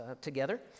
together